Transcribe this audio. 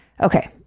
Okay